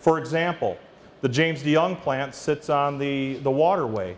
for example the james the young plant sits on the the waterway